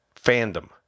fandom